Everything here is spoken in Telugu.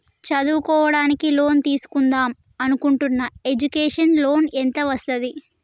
చదువుకోవడానికి లోన్ తీస్కుందాం అనుకుంటున్నా ఎడ్యుకేషన్ లోన్ ఎంత వస్తది?